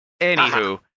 Anywho